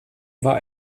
war